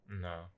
No